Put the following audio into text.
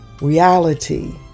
Reality